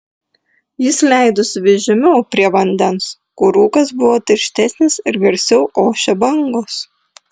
jis leidosi vis žemiau prie vandens kur rūkas buvo tirštesnis ir garsiau ošė bangos